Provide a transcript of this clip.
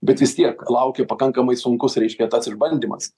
bet vis tiek laukia pakankamai sunkus reiškia tas išbandymas